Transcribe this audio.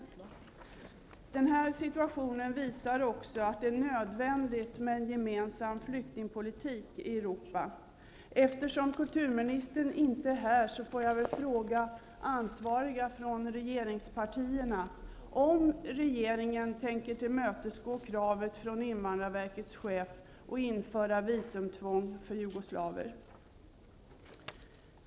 Den här situationen visar också att det är nödvändigt med en gemensam flyktingpolitik i Europa. Eftersom kulturministern inte är här får jag fråga ansvariga från regeringspartierna om regeringen tänker tillmötesgå kravet från invandrarverkets chef och införa visumtvång för jugoslaver.